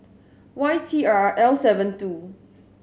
Y T R L seven two